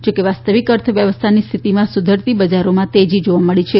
જોકે વાસ્તવિક અર્થવ્યવસ્થાની સ્થિતિમાં સુધરતી બજારોમાં તેજી જોવા મળી છે